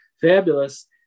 fabulous